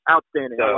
Outstanding